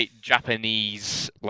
Japanese